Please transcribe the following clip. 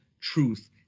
truth